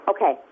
Okay